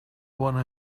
bona